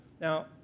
Now